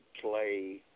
play